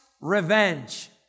revenge